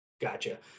Gotcha